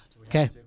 Okay